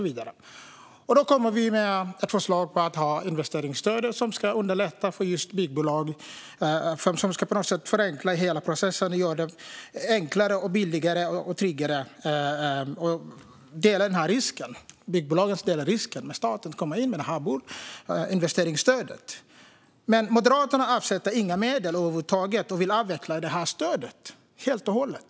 Vi har då ett förslag om ett investeringsstöd som ska underlätta för byggbolag och på något sätt förenkla hela processen. Det ska bli enklare, billigare och tryggare att dela risken. Byggbolagen får dela risken med staten när den kommer in med ett investeringsstöd. Moderaterna avsätter över huvud taget inga medel och vill avveckla stödet helt och hållet.